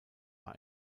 war